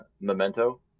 Memento